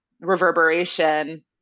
reverberation